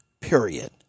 period